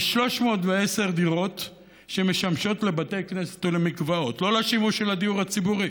יש 310 דירות שמשמשות לבתי כנסת ולמקוואות ולא לשימוש של הדיור הציבורי,